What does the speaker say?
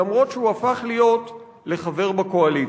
למרות שהוא הפך להיות חבר בקואליציה.